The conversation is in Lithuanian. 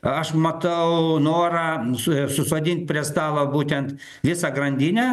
aš matau norą su susodint prie stalo būtent visą grandinę